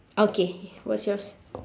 okay what's yours